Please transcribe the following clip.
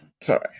Sorry